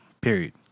Period